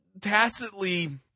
tacitly